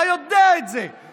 אתה יודע את זה.